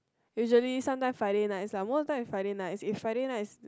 usually sometimes Friday nights lah most of the time is Friday night if Friday nights